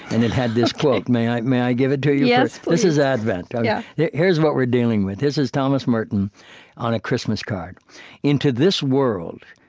and it had this quote. may i may i give it to you? yes, please this is advent. ah yeah yeah here's what we're dealing with. this is thomas merton on a christmas card into this world,